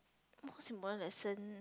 most important lesson